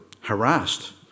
harassed